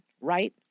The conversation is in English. right